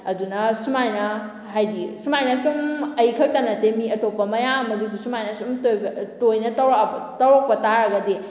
ꯑꯗꯨꯅ ꯁꯨꯃꯥꯏꯅ ꯍꯥꯏꯗꯤ ꯁꯨꯃꯥꯏꯅ ꯁꯨꯝ ꯑꯩꯈꯛꯇ ꯅꯠꯇꯦ ꯃꯤ ꯑꯇꯣꯞꯄ ꯃꯌꯥꯝ ꯑꯃꯒꯤꯁꯨ ꯁꯨꯃꯥꯏꯅ ꯁꯨꯝ ꯇꯣꯏꯅ ꯇꯧꯔꯛꯑꯕ ꯇꯧꯔꯛꯄ ꯇꯥꯔꯒꯗꯤ